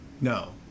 no